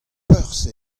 perzh